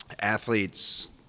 athletes